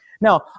Now